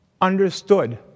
understood